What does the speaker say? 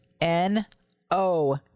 N-O